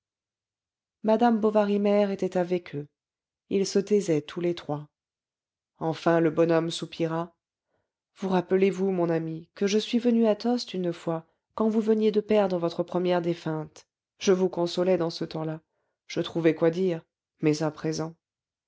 madame bovary mère était avec eux ils se taisaient tous les trois enfin le bonhomme soupira vous rappelez-vous mon ami que je suis venu à tostes une fois quand vous veniez de perdre votre première défunte je vous consolais dans ce temps-là je trouvais quoi dire mais à présent